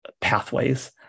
pathways